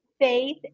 Faith